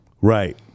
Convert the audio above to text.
Right